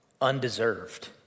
undeserved